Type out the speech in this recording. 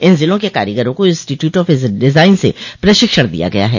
इन जिलों के कारीगरों को इंस्टीट्यूट ऑफ डिजाइन से प्रशिक्षण दिया गया है